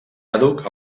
àdhuc